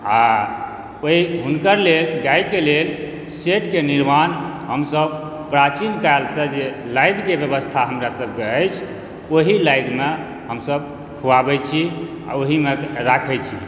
आ ओहि हुनकर लेल गाय के लेल शेड के निर्माण हमसब प्राचीन काल सँ जे नादि के व्यवस्था हमरासबके अछि ओहि नादिमे हमसब खुआबै छी आ ओहिमे राखै छी